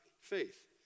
faith